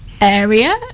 area